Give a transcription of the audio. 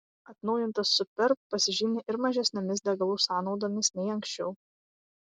atnaujintas superb pasižymi ir mažesnėmis degalų sąnaudomis nei anksčiau